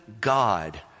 God